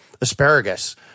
asparagus